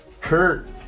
Kurt